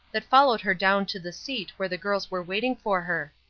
that followed her down to the seat where the girls were waiting for her.